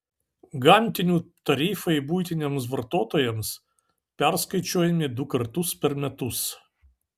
gamtinių tarifai buitiniams vartotojams perskaičiuojami du kartus per metus